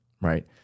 right